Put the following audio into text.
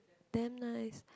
damn nice